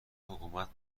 حکومت